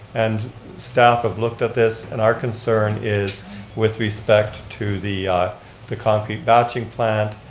and staff have looked at this and our concern is with respect to the the concrete batching plant,